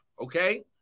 Okay